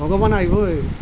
ভগৱান অহিবই